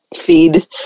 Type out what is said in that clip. feed